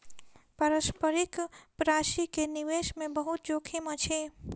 पारस्परिक प्राशि के निवेश मे बहुत जोखिम अछि